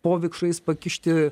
po vikšrais pakišti